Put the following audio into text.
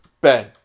Ben